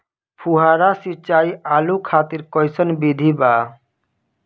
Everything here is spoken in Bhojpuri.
फुहारा सिंचाई आलू खातिर कइसन विधि बा?